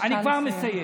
אני כבר מסיים.